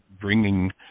bringing